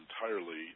entirely